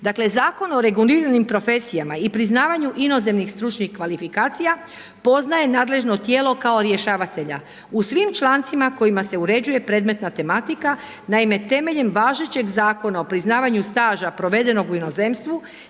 Dakle, Zakonom o reguliranim profesijama i priznavanju inozemnih stručnih kvalifikacija poznaje nadležno tijelo kao rješavatelja u svim člancima kojima se uređuje predmetna tematika. Naime, temeljem važećeg Zakona o priznavanju staža provedenog u inozemstvu,